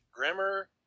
Grammar